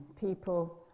people